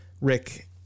Rick